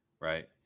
right